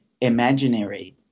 imaginary